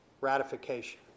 ratification